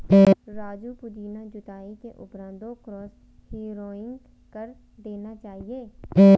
राजू पुदीना जुताई के उपरांत दो क्रॉस हैरोइंग कर देना चाहिए